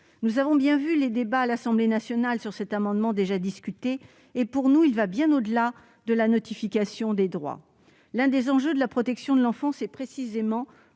Nous avons bien suivi les débats à l'Assemblée nationale sur cet amendement, qui pour nous a un objet situé bien au-delà de la notification des droits. L'un des enjeux de la protection de l'enfance est précisément